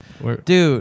Dude